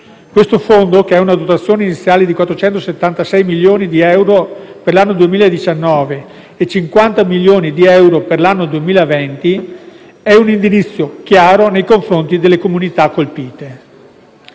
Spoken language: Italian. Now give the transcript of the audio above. Questo fondo, che ha una dotazione iniziale di 476 milioni di euro per l'anno 2019 e 50 milioni di euro per l'anno 2020, è un indirizzo chiaro nei confronti delle comunità colpite.